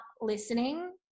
listening